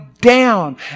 down